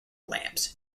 lamps